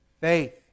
Faith